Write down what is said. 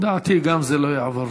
לדעתי גם זה לא יעבור.